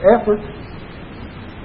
effort